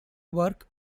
work